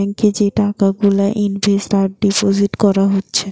bank এ যে টাকা গুলা ইনভেস্ট আর ডিপোজিট কোরা হচ্ছে